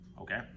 okay